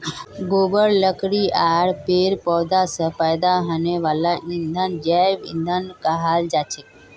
गोबर लकड़ी आर पेड़ पौधा स पैदा हने वाला ईंधनक जैव ईंधन कहाल जाछेक